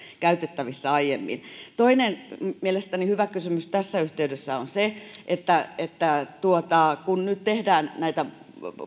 käytettävissä aiemmin toinen mielestäni hyvä kysymys tässä yhteydessä on se että että kun nyt tehdään näitä